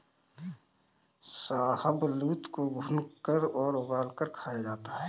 शाहबलूत को भूनकर और उबालकर खाया जाता है